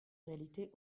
réalité